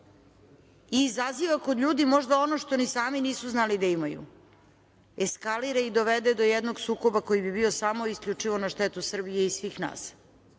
i izaziva kod ljudi možda ono što ni sami nisu znali da imaju. Eskalira i dovede do jednog sukoba koji bi bio samo i isključivo na štetu Srbije i svih nas.